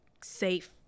safe